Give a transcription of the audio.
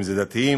דתיים,